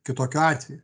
kitokiu atveju